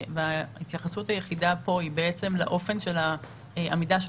וההתייחסות היחידה כאן היא בעצם לאופן של העמידה של